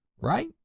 right